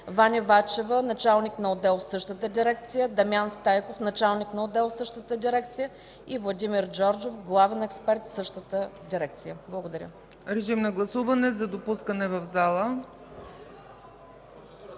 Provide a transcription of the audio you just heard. Ваня Вачева – началник на отдел в същата дирекция, Дамян Стайков – началник на отдел в същата дирекция, и Владимир Джорджов – главен експерт в същата дирекция. Благодаря. ПРЕДСЕДАТЕЛ ЦЕЦКА ЦАЧЕВА: Режим на гласуване за допускане в залата.